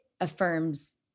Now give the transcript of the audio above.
affirms